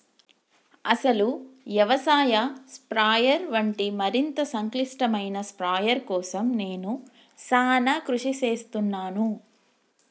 అసలు యవసాయ స్ప్రయెర్ వంటి మరింత సంక్లిష్టమైన స్ప్రయెర్ కోసం నేను సానా కృషి సేస్తున్నాను